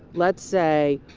let's say,